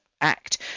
act